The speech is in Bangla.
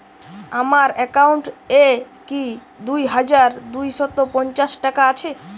আমার অ্যাকাউন্ট এ কি দুই হাজার দুই শ পঞ্চাশ টাকা আছে?